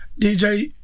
DJ